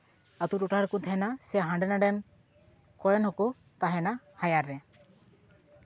ᱟᱹᱛᱩ ᱴᱚᱴᱷᱟ ᱨᱮᱠᱚ ᱛᱟᱦᱮᱱᱟ ᱥᱮ ᱦᱟᱸᱰᱮ ᱱᱟᱸᱰᱮᱱ ᱠᱚᱨᱮᱱ ᱦᱚᱸᱠᱚ ᱛᱟᱦᱮᱱᱟ ᱦᱟᱭᱟᱨ ᱨᱮ